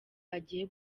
agiye